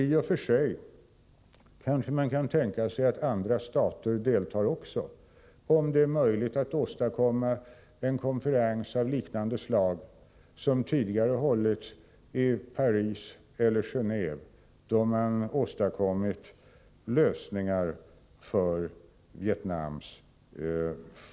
I och för sig kanske man kan tänka sig att även andra stater deltar, om det är möjligt att åstadkomma en konferens liknande dem som tidigare hållits i Paris och Genéve och där man tidigare åstadkommit lösningar för Vietnam.